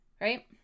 Right